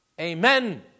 amen